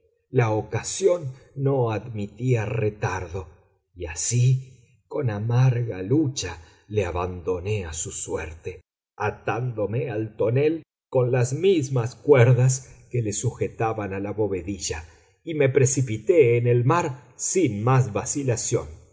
la ocasión no admitía retardo y así con amarga lucha le abandoné a su suerte atándome al tonel con las mismas cuerdas que le sujetaban a la bovedilla y me precipité en el mar sin más vacilación